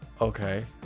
Okay